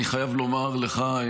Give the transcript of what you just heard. אני חייב לומר לך,